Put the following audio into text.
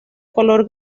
color